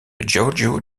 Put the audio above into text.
giorgio